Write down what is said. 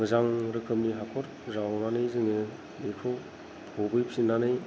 मोजां रोखोमनि हाखर जावनानै जोङो बेखौ फबैफिननानै